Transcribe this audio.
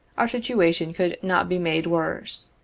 our situation could not be made worse.